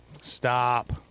Stop